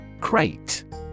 Crate